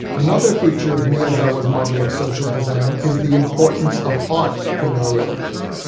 another feature of miyazawa's model of social design is the importance of art in our lives.